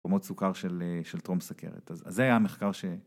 רמות סוכר של טרום סכרת. אז זה היה המחקר ש...